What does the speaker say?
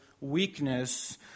weakness